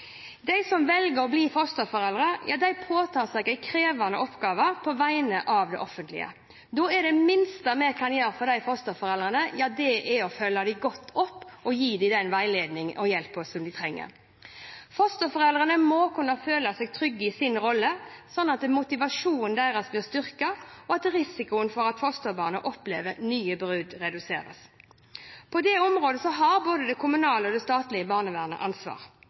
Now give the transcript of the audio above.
De som velger å bli fosterforeldre, påtar seg en krevende oppgave på vegne av det offentlige. Da er det minste vi kan gjøre for de fosterforeldrene, å følge dem godt opp og gi dem den veiledningen og hjelpen som de trenger. Fosterforeldrene må kunne føle seg trygge i sin rolle, slik at motivasjonen deres styrkes og at risikoen for at fosterbarna opplever nye brudd, reduseres. På dette området har både det kommunale og det statlige barnevernet ansvar.